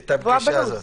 את הפגישה הזאת.